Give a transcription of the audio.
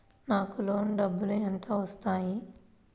నాకు లోన్ డబ్బులు ఎంత వస్తాయి?